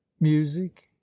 music